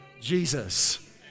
Jesus